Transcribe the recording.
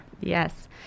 yes